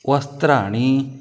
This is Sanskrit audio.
वस्त्राणि